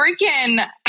freaking